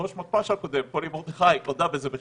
ראש מתפ"ש הקודם פולי מרדכי, תודה, וזה בחיוך,